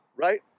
right